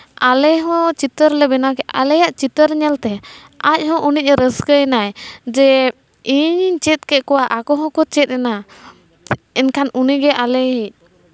ᱟᱞᱮ ᱦᱚᱸ ᱪᱤᱛᱟᱹᱨ ᱞᱮ ᱵᱮᱱᱟᱣ ᱠᱮᱜᱼᱟ ᱟᱞᱮᱭᱟᱜ ᱪᱤᱛᱟᱹᱨ ᱧᱮᱞ ᱛᱮ ᱟᱡ ᱦᱚᱸ ᱩᱱᱟᱹᱜ ᱮ ᱨᱟᱹᱥᱠᱟᱹᱭᱮᱱᱟᱭ ᱡᱮ ᱤᱧᱤᱧ ᱪᱮᱫ ᱠᱮᱜ ᱠᱚᱣᱟ ᱟᱠᱚ ᱦᱚᱸᱠᱚ ᱪᱮᱫ ᱮᱱᱟ ᱮᱱᱠᱷᱟᱱ ᱩᱱᱤᱜᱮ ᱟᱞᱮᱭᱤᱡ